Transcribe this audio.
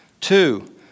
Two